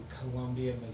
Columbia